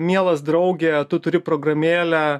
mielas drauge tu turi programėlę